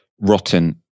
rotten